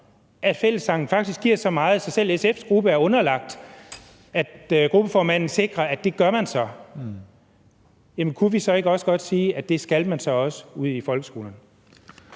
at fællessang faktisk giver så meget, så selv SF's gruppe er underlagt det, når gruppeformanden sikrer, at man gør det, kunne vi så ikke også godt sige, at det skal de så også ude i folkeskolerne?